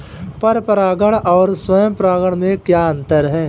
पर परागण और स्वयं परागण में क्या अंतर है?